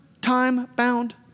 time-bound